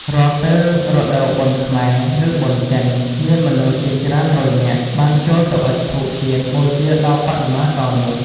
រាល់ពេលរដូវបុណ្យខ្មែរ ឬបុណ្យចិន មានមនុស្សជាច្រើនរយនាក់ បានចូលទៅអុជធូបទៀនបូជាដល់បដិមាករនោះ។